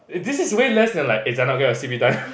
this is way less than like eh Zainab get your c_v done